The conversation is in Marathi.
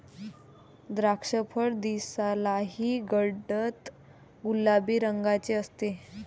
द्राक्षफळ दिसायलाही गडद गुलाबी रंगाचे असते